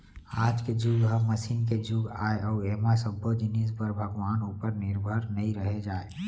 आज के जुग ह मसीन के जुग आय अउ ऐमा सब्बो जिनिस बर भगवान उपर निरभर नइ रहें जाए